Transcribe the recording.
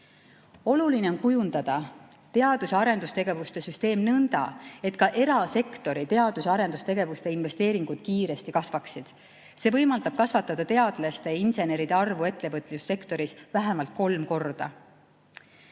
Oluline on kujundada teadus- ja arendustegevuse süsteem nõnda, et ka erasektori teadus‑ ja arendustegevuse investeeringud kiiresti kasvaksid. See võimaldab kasvatada teadlaste ja inseneride arvu ettevõtlussektoris vähemalt kolm korda.